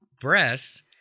breasts